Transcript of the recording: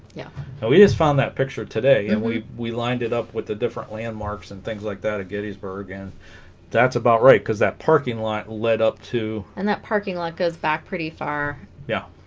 yeah so we just found that picture today and we we lined it up with the different landmarks and things like that at gettysburg and that's about right because that parking lot led up to and that parking lot goes back pretty far yeah